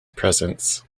presence